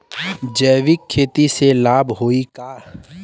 जैविक खेती से लाभ होई का?